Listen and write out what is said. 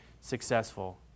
successful